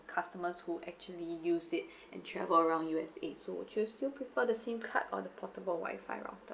customers who actually use it and travel around U_S_A so would you you still prefer the SIM card or the portable Wi-Fi router